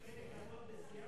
אבל למה?